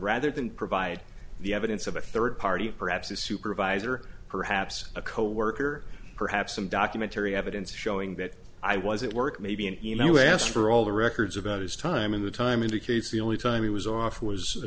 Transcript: rather than provide the evidence of a third party perhaps a supervisor perhaps a coworker perhaps some documentary evidence showing that i was at work maybe an e mail you asked for all the records about his time in the time indicates the only time he was off was a